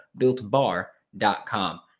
builtbar.com